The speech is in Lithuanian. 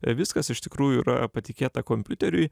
viskas iš tikrųjų yra patikėta kompiuteriui